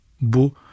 bu